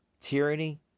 tyranny